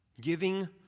Giving